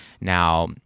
Now